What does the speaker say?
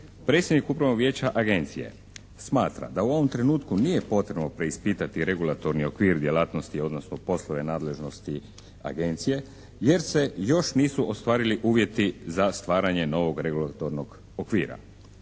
Predsjednik upravnog vijeća agencije smatra da u ovom trenutku nije potrebno preispitati regulatorni okvir djelatnosti odnosno poslove nadležnosti agencije jer se još nisu ostvarili uvjeti za stvaranje novog regulatornog okvira.